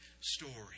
story